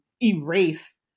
erase